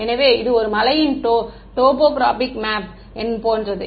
எனவே இது ஒரு மலையின் டோபோக்ராபிக் மேப் போன்றது